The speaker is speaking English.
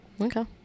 Okay